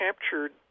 captured